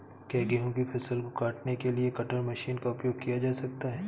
क्या गेहूँ की फसल को काटने के लिए कटर मशीन का उपयोग किया जा सकता है?